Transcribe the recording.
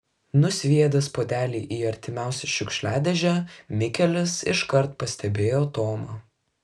nusviedęs puodelį į artimiausią šiukšliadėžę mikelis iškart pastebėjo tomą